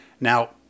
Now